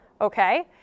okay